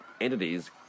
entities